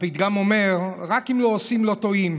הפתגם אומר: רק אם לא עושים, לא טועים.